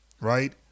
right